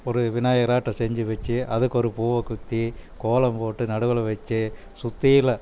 ஒரு விநாயகராட்டம் செஞ்சு வச்சு அதுக்கு ஒரு பூவை குத்தி கோலம் போட்டு நடுவில் வச்சு சுற்றில